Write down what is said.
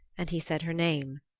and he said her name,